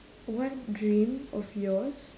what dream of yours